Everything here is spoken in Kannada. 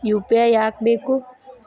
ಯು.ಪಿ.ಐ ಯಾಕ್ ಬೇಕು?